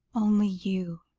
only you